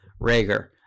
Rager